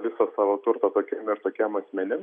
visą savo turtą tokiem ir tokiem asmenim